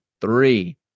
three